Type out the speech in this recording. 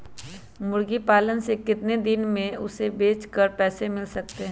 मुर्गी पालने से कितने दिन में हमें उसे बेचकर पैसे मिल सकते हैं?